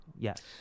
Yes